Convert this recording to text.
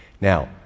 Now